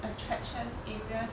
attraction areas